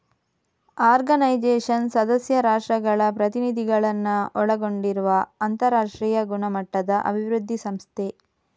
organisation ಸದಸ್ಯ ರಾಷ್ಟ್ರಗಳ ಪ್ರತಿನಿಧಿಗಳನ್ನ ಒಳಗೊಂಡಿರುವ ಅಂತರಾಷ್ಟ್ರೀಯ ಗುಣಮಟ್ಟದ ಅಭಿವೃದ್ಧಿ ಸಂಸ್ಥೆ